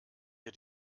der